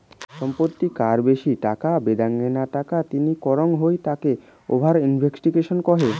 সম্পত্তির কর বেশি টাকা বেদাঙ্গনা টাকা তিনি করাঙ হই তাকে ওভার ইনভেস্টিং কহে